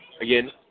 Again